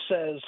says